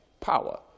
power